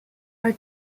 are